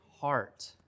heart